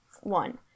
one